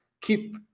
keep